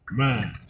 man